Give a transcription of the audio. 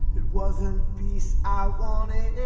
it wasn't peace i wanted,